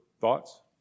thoughts